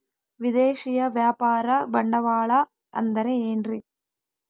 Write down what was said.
ವಿದೇಶಿಯ ವ್ಯಾಪಾರ ಬಂಡವಾಳ ಅಂದರೆ ಏನ್ರಿ?